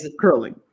curling